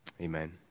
Amen